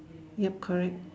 yup correct